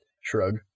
Shrug